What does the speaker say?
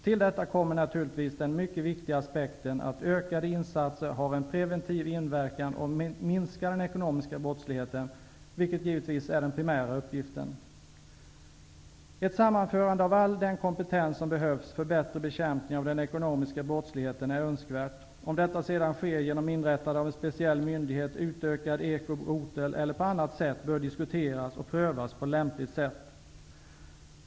Till detta kommer naturligtvis den mycket viktiga aspekten att ökade insatser har en preventiv inverkan och minskar den ekonomiska brottsligheten, vilket givetvis är den primära uppgiften. Ett sammanförande av all den kompetens som behövs för bättre bekämpning av den ekonomiska brottsligheten är önskvärt. Om detta sedan sker genom inrättande av en speciell myndighet, genom en utökning av ekoroteln eller på annat sätt bör diskuteras och prövas på lämpligt sätt.